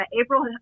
April